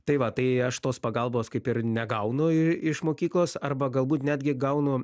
tai va tai aš tos pagalbos kaip ir negaunu iš mokyklos arba galbūt netgi gaunu